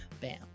bam